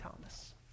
Thomas